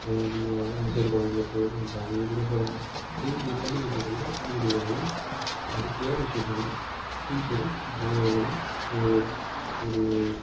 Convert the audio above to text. நீங்கள் இந்த சைடு கோயம்புத்தூர் பெங்களூர் கூட சொல்லலாம் பெரிய பெரிய பள்ளிகள் இருக்குது எல்லா பள்ளிகளியும் அடிப்படையான விஷயம் என்னென்னா டீச்சரும் மாணவர்களும் ஒரு ஒரு